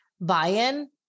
buy-in